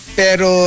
pero